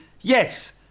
yes